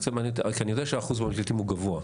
כי אני יודע שהאחוז הוא לעיתים גבוה.